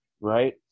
right